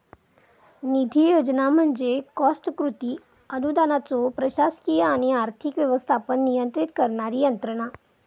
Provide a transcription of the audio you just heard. निधी योजना म्हणजे कॉस्ट कृती अनुदानाचो प्रशासकीय आणि आर्थिक व्यवस्थापन नियंत्रित करणारी यंत्रणा